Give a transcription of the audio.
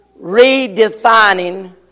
redefining